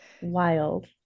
wild